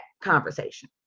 conversation